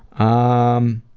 i